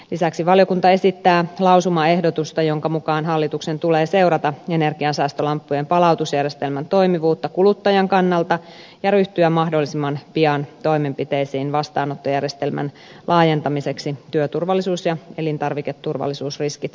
lisäksi valiokunta esittää lausumaehdotusta jonka mukaan hallituksen tulee seurata energiansäästölamppujen palautusjärjestelmän toimivuutta kuluttajan kannalta ja ryhtyä mahdollisimman pian toimenpiteisiin vastaanottojärjestelmän laajentamiseksi työturvallisuus ja elintarviketurvallisuusriskit huomioon ottaen